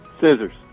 Scissors